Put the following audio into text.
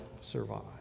survive